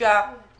פגשתי